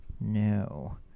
no